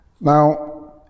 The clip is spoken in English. Now